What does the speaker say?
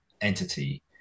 entity